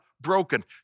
Broken